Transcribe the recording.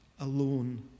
alone